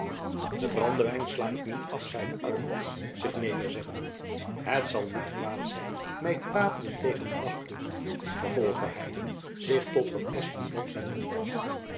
den brandewijn sla ik niet af zeide arlington zich nederzettende het zal niet kwaad zijn my te wapenen tegen de nachtlucht vervolgde hy zich tot van espenblad wendende